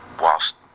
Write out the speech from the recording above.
whilst